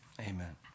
Amen